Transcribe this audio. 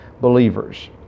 believers